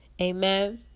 amen